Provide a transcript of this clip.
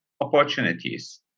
opportunities